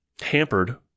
hampered